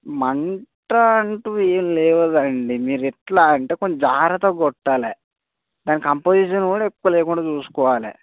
మంట అంటూ ఏం లేవదు అండి మీరు ఎట్లా అంటే కొంచెం జాగ్రత్తగా కొట్టాలే దాని కంపోజిషన్ కూడా ఎక్కువ లేకుండా చూసుకోవాలి